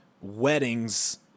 weddings